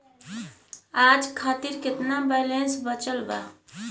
आज खातिर केतना बैलैंस बचल बा?